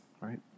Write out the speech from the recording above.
right